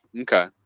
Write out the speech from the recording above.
okay